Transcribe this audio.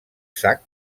sac